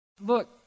Look